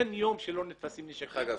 דרך אגב,